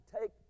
take